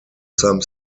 some